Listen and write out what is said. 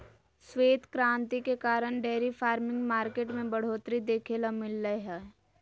श्वेत क्रांति के कारण डेयरी फार्मिंग मार्केट में बढ़ोतरी देखे ल मिललय हय